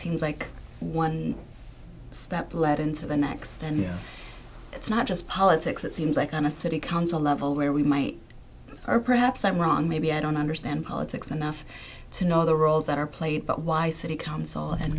seems like one step led into the next and it's not just politics it seems like on a city council level where we might or perhaps i'm wrong maybe i don't understand politics enough to know the roles that are played but why city council and